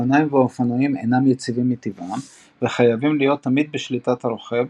אופניים ואופנועים אינם יציבים מטבעם וחייבים להיות תמיד בשליטת הרוכב,